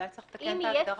אולי צריך לתקן את ההגדרה.